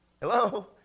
Hello